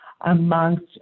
amongst